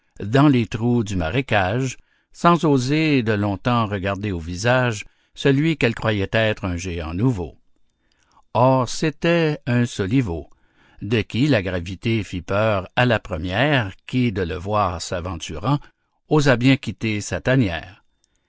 dans les trous du marécage sans oser de longtemps regarder au visage celui qu'elles croyaient être un géant nouveau or c'était un soliveau de qui la gravité fit peur à la première qui de le voir s'aventurant osa bien quitter sa tanière